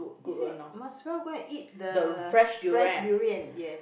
she said might as well go and eat the fresh durian yes